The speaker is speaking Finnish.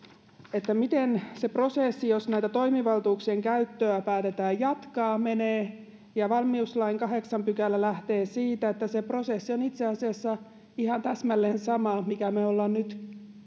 miten se prosessi jos näiden toimivaltuuksien käyttöä päätetään jatkaa menee valmiuslain kahdeksas pykälä lähtee siitä että se prosessi on itse asiassa ihan täsmälleen sama minkä me olemme nyt